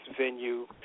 venue